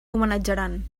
homenatjaran